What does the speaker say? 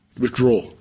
withdraw